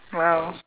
!wow!